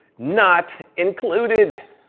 not included.